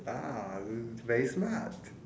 ah very smart